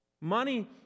money